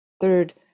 third